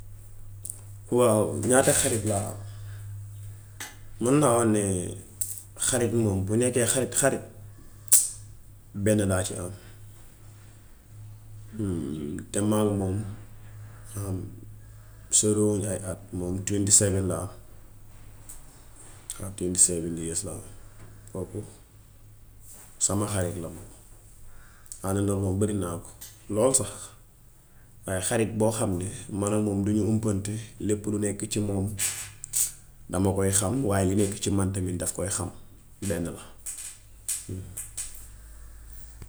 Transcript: Waaw ñaata xerit laa am, mun naa wax ni xarit moom bu nekkee xarit xarit benn laa ci am te maak moom haam soreewuñ ay hat moom twenty seven la am. Waaw tewenty seven years la am. Kooku sama xarit la man, àndandoo moom bërinaa ko lool sax waaye xarit boo xam ne man ak moom duñu humpante lépp lu nekk ci moom dama koy xam waaye li nekk ci man tamit daf koy xam benn la.